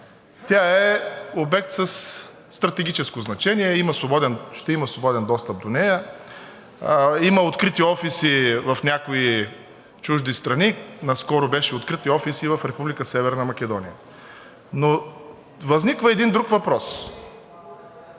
тя е обект със стратегическо значение, ще има свободен достъп до нея, има открити офиси в някои чужди страни, наскоро беше открит офис и в Република Северна Македония. Но възниква един друг въпрос